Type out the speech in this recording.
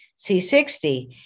C60